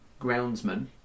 groundsman